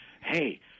hey